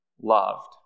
loved